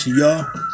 y'all